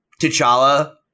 T'Challa